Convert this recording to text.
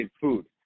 food